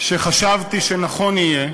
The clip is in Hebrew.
שחשבתי שנכון יהיה,